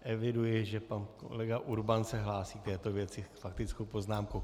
Eviduji, že pan kolega Urban se hlásí k této věci faktickou poznámkou.